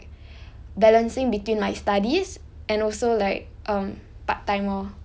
balancing between my studies and also like um part time lor